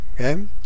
Okay